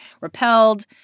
repelled